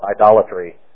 idolatry